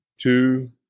two